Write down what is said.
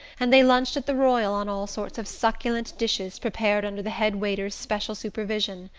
and they lunched at the royal on all sorts of succulent dishes prepared under the head-waiter's special supervision.